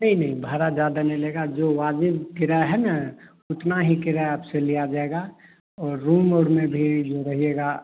नहीं नहीं भाड़ा ज्यादा नहीं लेगा जो वाजिब किराया है न उतना ही किराया आपसे लिया जाएगा और रूम ओर में भी जो रहिएगा